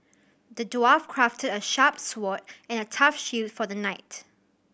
the dwarf crafted a sharp sword and a tough shield for the knight